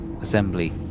assembly